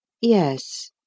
Yes